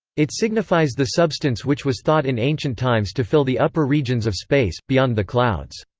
it signifies the substance which was thought in ancient times to fill the upper regions of space, beyond the clouds.